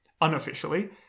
unofficially